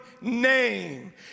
name